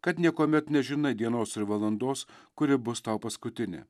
kad niekuomet nežinai dienos ir valandos kuri bus tau paskutinė